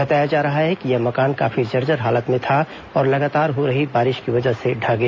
बताया जा रहा है कि यह मकान काफी जर्जर हालत में था और लगातार हो रही बारिश की वजह से ढह गया